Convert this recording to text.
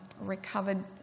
recovered